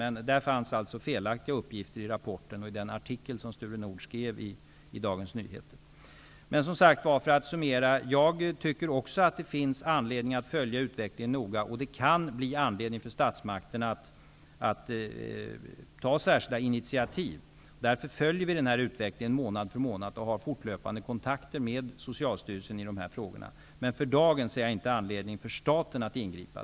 Det fanns alltså felaktiga uppgifter i rapporten och i den artikel som Sture Nordh skrev i Dagens Nyheter. Jag tycker också att det finns anledning att följa utvecklingen noga. Det kan bli anledning för statsmakterna att ta särskilda initiativ. Därför följer vi utvecklingen månad för månad och har fortlöpande kontakter med Socialstyrelsen i dessa frågor. För dagen ser jag inte någon anledning för staten att ingripa.